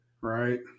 Right